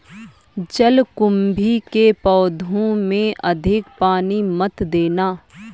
जलकुंभी के पौधों में अधिक पानी मत देना